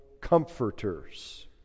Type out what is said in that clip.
comforters